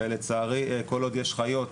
ולצערי כל עוד יש חיות,